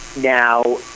now